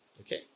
Okay